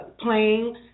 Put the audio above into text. playing